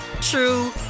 true